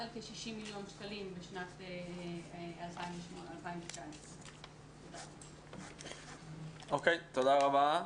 על כ-60 מיליון שקלים בשנת 2019. תודה רבה.